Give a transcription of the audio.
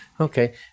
okay